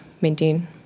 maintain